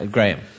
Graham